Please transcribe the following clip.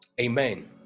amen